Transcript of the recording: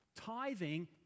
tithing